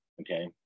okay